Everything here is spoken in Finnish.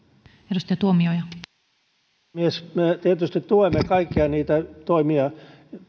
arvoisa puhemies tietysti tuemme puolustusvalmiuden kehittämisessä kaikkia niitä toimia